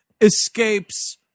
Escapes